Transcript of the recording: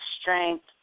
strength